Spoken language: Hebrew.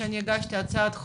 שאני הגשתי הצעת חוק,